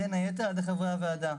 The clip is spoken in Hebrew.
בין היתר על ידי חברי הוועדה,